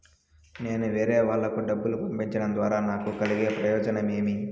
నేను వేరేవాళ్లకు డబ్బులు పంపించడం ద్వారా నాకు కలిగే ప్రయోజనం ఏమి?